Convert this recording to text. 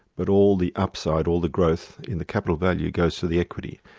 but all the upside, all the growth in the capital values goes to the equity.